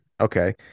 Okay